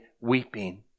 weeping